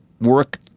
work